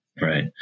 right